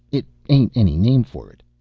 it ain't any name for it!